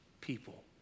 people